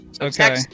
Okay